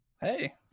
Hey